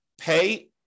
pay